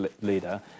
leader